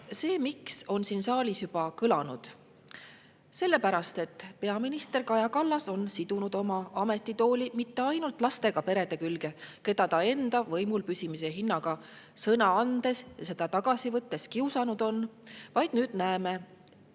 See, miks, on siin saalis juba kõlanud. Sellepärast, et peaminister Kaja Kallas on sidunud oma ametitooli mitte ainult lastega perede külge, keda ta enda võimul püsimise hinnaga sõna andes ja seda tagasi võttes kiusanud on, vaid nüüd näeme, et